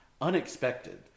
unexpected